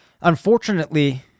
Unfortunately